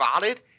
valid